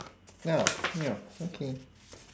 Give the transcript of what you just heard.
oh ya okay